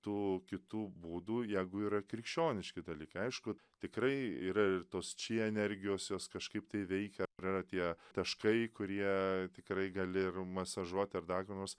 tų kitų būdų jeigu yra krikščioniški dalykai aišku tikrai yra ir tos či energijos jos kažkaip tai veikia ir yra tie taškai kurie tikrai gali ir masažuot ir dar kam nors